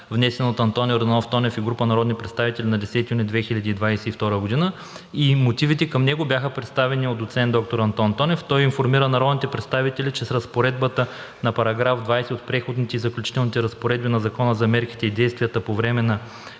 внесен от Антон Йорданов Тонев и група народни представители на 10 юни 2022 г. и мотивите към него бяха представени от доцент доктор Антон Тонев. Той информира народните представители, че с разпоредбата на § 20 от Преходните и заключителните разпоредби на Закона за мерките и действията по време на